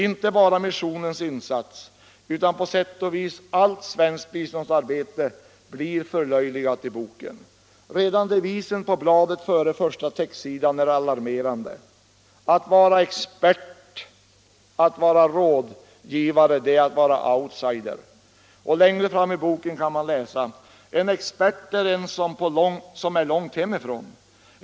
Inte bara missionens insats utan på sätt och vis allt svenskt biståndsarbete förlöjligas i boken. Redan devisen på bladet före första textsidan är alarmerande: Att vara expert, att vara rådgivare, det är att vara outsider! Längre fram i boken kan man läsa: ”En expert är en som är långt hemifrån.